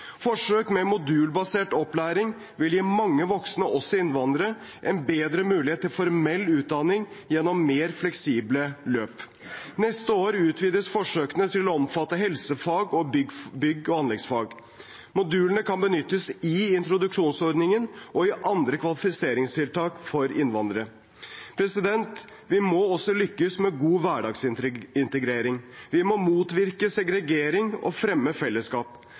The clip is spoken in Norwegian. Forsøk med modulbasert opplæring vil gi mange voksne, også innvandrere, en bedre mulighet til formell utdanning gjennom mer fleksible løp. Neste år utvides forsøkene til å omfatte helsefag og bygg- og anleggsfag. Modulene kan benyttes i introduksjonsordningen og i andre kvalifiseringstiltak for innvandrere. Vi må også lykkes med god hverdagsintegrering. Vi må motvirke segregering og fremme fellesskap.